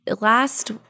last